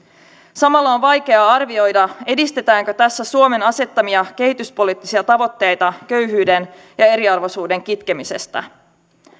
samalla on vaikeaa arvioida edistetäänkö tässä suomen asettamia kehityspoliittisia tavoitteita köyhyyden ja eriarvoisuuden kitkemisestä